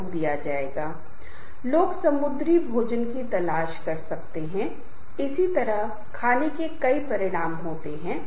पहला यह है की एक समूह के सदस्य संसाधन हैं जिसका अर्थ है इसमें संरचना समूह का आकार समूह भूमिकाएं समूह मानदंड और समूह सामंजस्य शामिल हैं